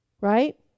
Right